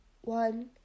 One